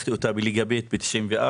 לקחתי אותה בליגה ב' ב-94'.